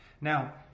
Now